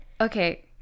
okay